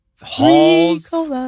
Halls